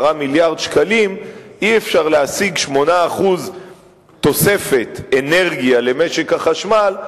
מיליארדי ש"ח אי-אפשר להשיג 8% תוספת אנרגיה למשק החשמל,